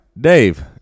Dave